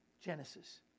Genesis